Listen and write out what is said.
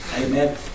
Amen